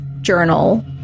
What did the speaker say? journal